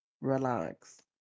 relax